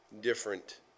different